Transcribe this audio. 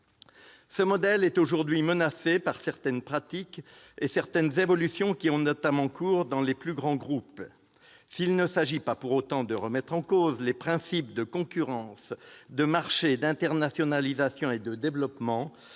ce modèle est aujourd'hui menacé par certaines pratiques et certaines évolutions, qui ont notamment cours dans les plus grands groupes. Il ne s'agit pas de remettre en cause les principes de concurrence, de marché, d'internationalisation et de développement,